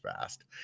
fast